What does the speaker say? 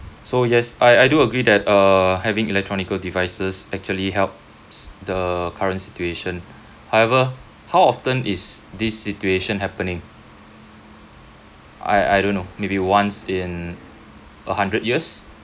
so yes I I do agree that uh having electronical devices actually helps the current situation however how often is this situation happening I I don't know maybe once in a hundred years